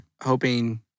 hoping